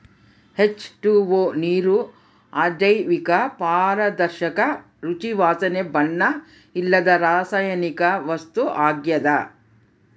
H two O ನೀರು ಅಜೈವಿಕ ಪಾರದರ್ಶಕ ರುಚಿ ವಾಸನೆ ಬಣ್ಣ ಇಲ್ಲದ ರಾಸಾಯನಿಕ ವಸ್ತು ಆಗ್ಯದ